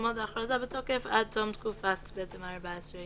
תעמוד ההכרזה בתוקף עד תום תקופה של 14 ימים.